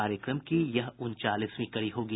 कार्यक्रम की यह उनचासवीं कड़ी होगी